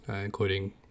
including –